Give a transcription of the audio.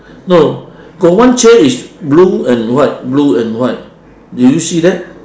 no got one chair is blue and white blue and white do you see that